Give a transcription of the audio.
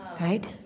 Right